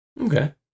Okay